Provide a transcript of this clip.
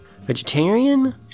vegetarian